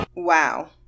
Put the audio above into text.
wow